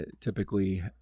typically